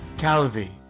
Calvi